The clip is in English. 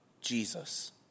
Jesus